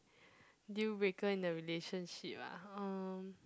deal breaker in the relationship ah uh